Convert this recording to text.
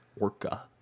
Orca